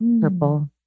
purple